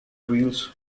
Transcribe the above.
wheels